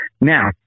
Now